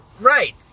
Right